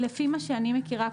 לפי מה שאני מכירה,